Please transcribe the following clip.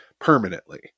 permanently